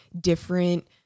different